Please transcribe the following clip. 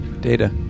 Data